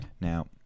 Now